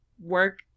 work